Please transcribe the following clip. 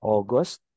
August